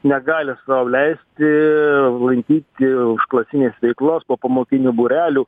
negali sau leisti lankyti užklasinės veiklos popamokinių būrelių